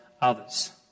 others